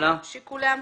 שיקולי המפקח,